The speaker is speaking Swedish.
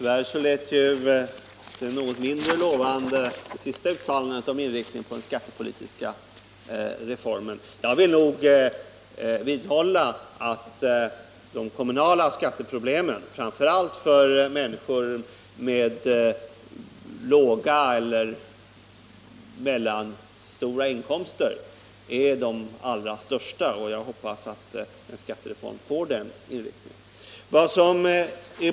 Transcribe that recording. Herr talman! Tyvärr lät det senaste uttalandet om inriktningen på den skattepolitiska reformen något mindre lovande än statsrådets tidigare inlägg. Jag vill vidhålla att de kommunala skatteproblemen, framför allt för människor med låga eller mellanstora inkomster, är de allra största. Jag hoppas att en skattereform får den inriktning jag har förordat.